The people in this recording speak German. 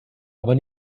aber